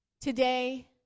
Today